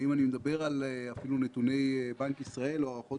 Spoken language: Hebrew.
אם אני מדבר על נתוני בנק ישראל או על הערכות